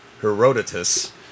Herodotus